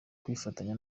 kwifatanya